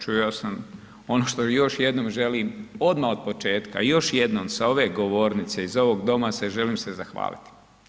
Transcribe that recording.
Čuo sam ono što još jednom želim, odmah otpočetka i još jednom sa ove govornice, iz ovog Doma želim se zahvaliti.